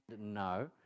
no